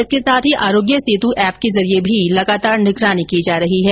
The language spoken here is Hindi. इसके साथ ही आरोग्य सेतू एप के जरिये भी लगातार मॉनिटरिंग की जा रही है